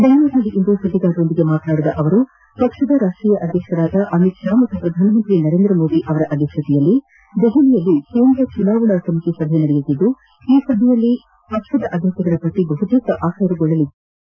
ಬೆಂಗಳೂರಿನಲ್ಲಿಂದು ಸುದ್ದಿಗಾರರೊಂದಿಗೆ ಮಾತನಾಡಿದ ಅವರು ಪಕ್ಷದ ರಾಷ್ಟೀಯ ಅಧ್ಯಕ್ಷರಾದ ಅಮಿತ್ ಷಾ ಹಾಗೂ ಪ್ರಧಾನ ಮಂತ್ರಿ ನರೇಂದ್ರ ಮೋದಿಯವರ ಅಧ್ಯಕ್ಷತೆಯಲ್ಲಿ ದೆಹಲಿಯಲ್ಲಿ ಕೇಂದ್ರ ಚುನಾವಣಾ ಸಮಿತಿ ಸಭೆ ನಡೆಯುತ್ತಿದ್ದು ಈ ಸಭೆಯಲ್ಲಿ ಅಭ್ಯರ್ಥಿಗಳ ಪಟ್ಟಿ ಬಹುತೇಕ ಅಂತಿಮಗೊಳಲಿದೆ ಎಂದು ತಿಳಿಸಿದ್ದಾರೆ